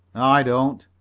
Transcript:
i don't,